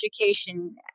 education